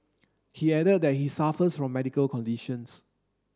he added that he suffers from medical conditions